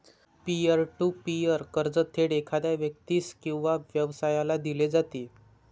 pier to peer कर्ज थेट एखाद्या व्यक्तीस किंवा व्यवसायाला दिले जाते